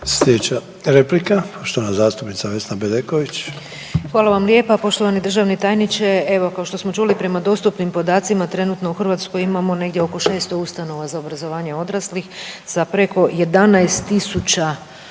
Slijedeća replika, poštovana zastupnica Vesna Bedeković. **Bedeković, Vesna (HDZ)** Hvala vam lijepa. Poštovani državni tajniče evo kao što smo čuli prema dostupnim podacima trenutno u Hrvatskoj imamo negdje oko 600 ustanova za obrazovanje odraslih sa preko 11.000